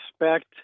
respect